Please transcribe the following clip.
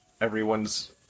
everyone's